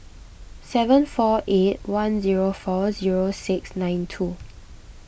seven four eight one zero four zero six nine two